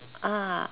ah